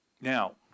Now